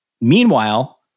Meanwhile